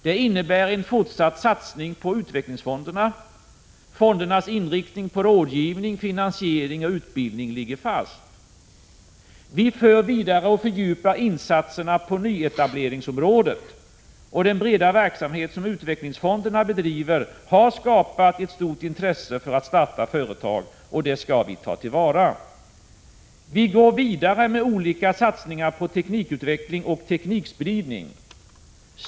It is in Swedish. Det innebär en fortsatt satsning på utvecklingsfonderna. Fondernas inriktning på rådgivning, finansiering och utbildning ligger fast. Vi för vidare och fördjupar insatserna på nyetableringsområdet, och den breda verksamhet som utvecklingsfonderna bedriver har skapat ett stort intresse för att starta företag, och det skall vi ta till vara. Vi går vidare med olika satsningar på teknikutveckling och teknikspridning.